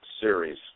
series